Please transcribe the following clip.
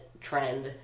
trend